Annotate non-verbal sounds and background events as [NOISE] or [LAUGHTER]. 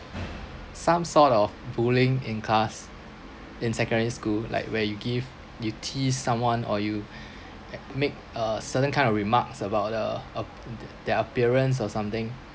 some sort of bullying in class in secondary school like where you give you tease someone or you [BREATH] at make a certain kind of remarks about the uh on their their appearance or something